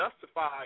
justify